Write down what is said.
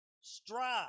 Strive